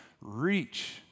reach